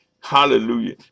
Hallelujah